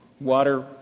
water